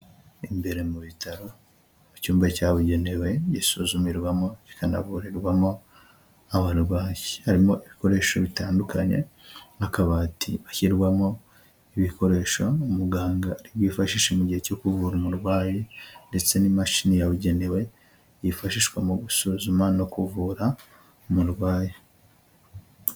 Imbere mu bitaro icyumba cyabugenewe gisuzumirwamo, kikanavurirwamo abarwayi, harimo ibikoresho bitandukanye, nk'akabati gashyirwamo ibikoresho, umuganga ari fashishe mu gihe cyo kuvura umurwayi ndetse n'imashini yabugenewe, yifashishwa mu gusuzuma no kuvura umurwayi.